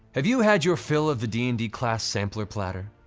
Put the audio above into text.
have you had your fill of the d and d class sampler platter?